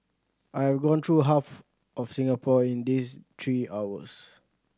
I have gone through half of Singapore in these three hours